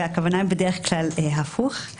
והכוונה בדרך כלל הפוך.